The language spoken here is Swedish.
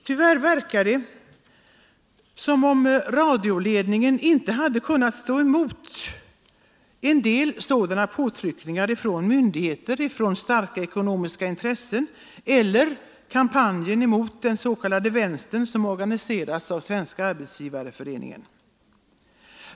Tyvärr verkar det som om radioledningen inte har kunnat stå emot en del sådana påtryckningar från myndigheter, starka ekonomiska intressen eller kampanjen mot ”vänstern” som organiserats av Svenska arbetsgivareföreningen.